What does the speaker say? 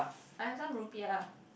I have some rupiah